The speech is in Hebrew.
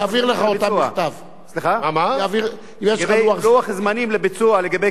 לוח זמנים לביצוע לגבי כביש 31. רמזור זמני?